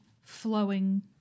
flowing